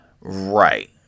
Right